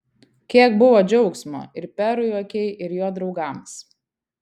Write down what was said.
kiek buvo džiaugsmo ir perui okei ir jo draugams